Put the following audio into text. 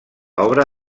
obra